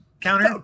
counter